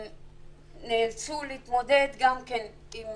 שנאלצו להתמודד גם כן עם